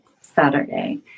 Saturday